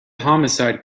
homicide